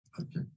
Okay